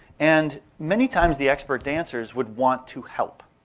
and many times the expert dancers would want to help,